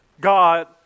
God